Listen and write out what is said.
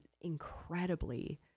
incredibly